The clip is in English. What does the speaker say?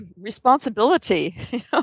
responsibility